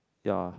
ya